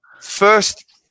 first –